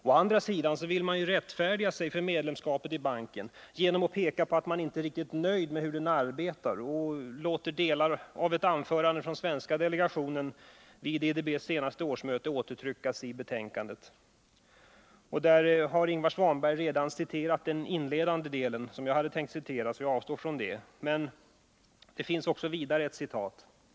Å andra sidan vill man rättfärdiga sig för medlemskapet i banken genom att peka på att man inte är riktigt nöjd med hur den arbetar, och man låter i betänkandet införa delar av ett anförande som ordföranden i den svenska delegationen höll vid IDB:s senaste årsmöte. Ingvar Svanberg har redan citerat den inledande delen, varför jag inte behöver göra det. Det finns emellertid ett annat stycke som jag vill citera.